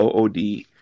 OOD